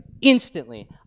instantly